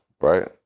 right